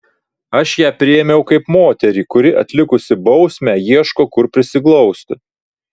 aš ją priėmiau kaip moterį kuri atlikusi bausmę ieško kur prisiglausti